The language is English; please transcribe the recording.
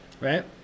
right